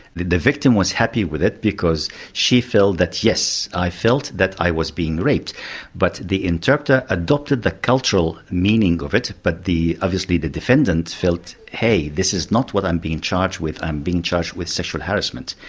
the the victim was happy with it because she felt that, yes, i felt that i was being raped but the interpreter adopted the cultural meaning of it, but obviously the defendant felt hey, this is not what i'm being charged with, i'm being charged with sexual harassment.